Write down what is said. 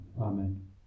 Amen